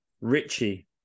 Richie